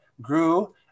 grew